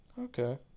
okay